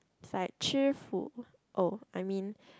is like 吃福 oh I mean